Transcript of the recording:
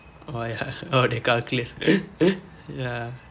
why ah oh they calculate ya